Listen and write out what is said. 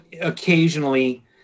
occasionally